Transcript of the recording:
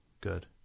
Good